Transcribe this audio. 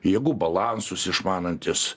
jėgų balansus išmanantis